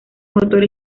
motor